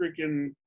freaking